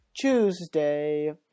Tuesday